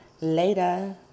Later